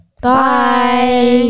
Bye